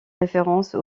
référence